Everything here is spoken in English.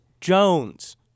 Jones